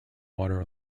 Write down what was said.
water